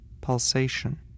pulsation